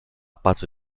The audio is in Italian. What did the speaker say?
patto